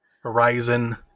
Horizon